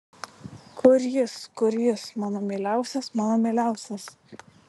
kur jis kur jis mano mieliausias mano mieliausias